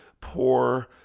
poor